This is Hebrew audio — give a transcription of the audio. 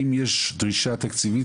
האם יש דרישה תקציבית,